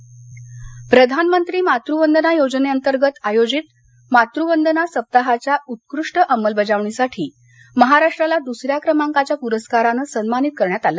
मातवंदना प्रधानमंत्री मातुवंदना योजनेंतर्गत आयोजित मातुवंदना सप्ताहाच्या उत्कृष्ट अंमलबजावणीसाठी महाराष्ट्राला दुसऱ्या क्रमांकाच्या पुरस्कारानं सन्मानित करण्यात आलं